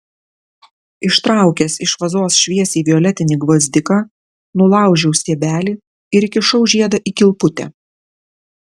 ištraukęs iš vazos šviesiai violetinį gvazdiką nulaužiau stiebelį ir įkišau žiedą į kilputę